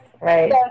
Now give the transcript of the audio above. Right